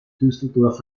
düsseldorf